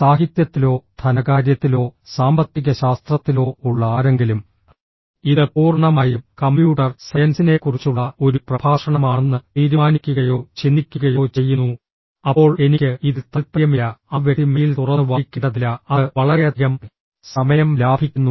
സാഹിത്യത്തിലോ ധനകാര്യത്തിലോ സാമ്പത്തികശാസ്ത്രത്തിലോ ഉള്ള ആരെങ്കിലും ഇത് പൂർണ്ണമായും കമ്പ്യൂട്ടർ സയൻസിനെക്കുറിച്ചുള്ള ഒരു പ്രഭാഷണമാണെന്ന് തീരുമാനിക്കുകയോ ചിന്തിക്കുകയോ ചെയ്യുന്നു അപ്പോൾ എനിക്ക് ഇതിൽ താൽപ്പര്യമില്ല ആ വ്യക്തി മെയിൽ തുറന്ന് വായിക്കേണ്ടതില്ല അത് വളരെയധികം സമയം ലാഭിക്കുന്നു